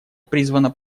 призвана